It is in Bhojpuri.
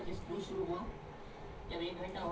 रउआ सभ बताई मौसम क प्रकार के होखेला?